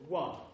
one